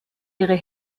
ihre